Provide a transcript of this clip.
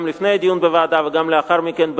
גם לפני הדיון בוועדה וגם לאחר מכן,